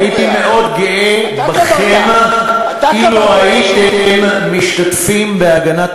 הייתי מאוד גאה בכם אילו, אתה קובע,